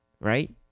Right